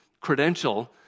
credential